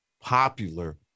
popular